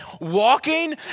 walking